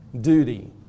duty